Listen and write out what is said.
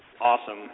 Awesome